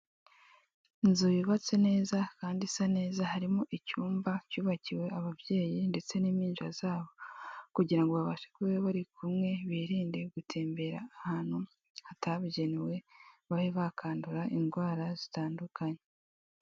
Inzu yubatse neza kandi isa neza harimo icyumba cyubakiwe ababyeyi ndetse n'impinja zabo kugirango ngo babashe kuba bari kumwe birinde gutembera ahantu hatabugenewe babe bakandura indwara zitandukanye.